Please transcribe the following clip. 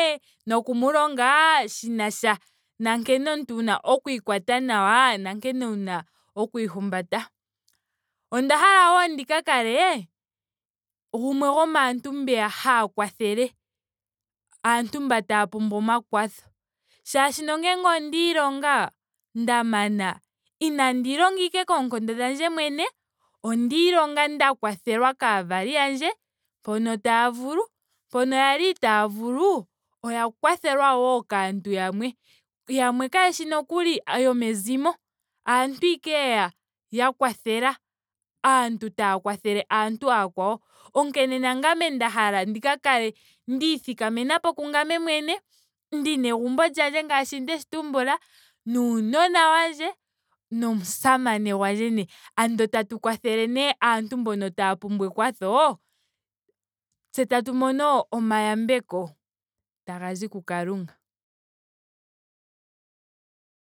Noku mu longa shinasha nankene omuntu wuna oku ikwata nawa. nankene wuna oku ihumbata. Onda hala wo ndika kale gumwe gomaantu mbeya haya kwathele aantu mba taya pumbwa omakwatho. Molwaashoka ngele onda ilonga. nda mana. inandi ilonga ashike koonkondo dhandje mwene. onda ilonga nda kwathelwa kaavali yandje mpono taya vulu. mpono yali itaaya vulu oya kwathelwa wo kaantu yamwe. Yamwe kayshi nokuli yomezimo. aantu ashike yeya ya kwathela. Aantu taya kwathele aantu ooyakwawo. Onkene nangame nda hala ndi ka kale nda ithikamenapo kungame mwene. ndina egumbo lyandje ngaashi ndeshi tumbula. nuuunona wandje nomusamane gwandje nee. Andola tatu kwathele nee aantu mbono taya pumbwa ekwatho tse tatu mono omayambeko tagazi ku kalunga.